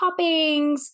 toppings